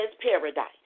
paradise